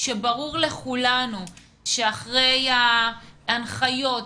וברור לכולנו שאחרי ההנחיות,